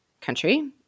country